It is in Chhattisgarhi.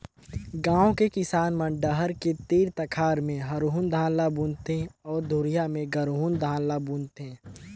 गांव के किसान मन डहर के तीर तखार में हरहून धान ल बुन थें अउ दूरिहा में गरहून धान ल बून थे